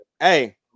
hey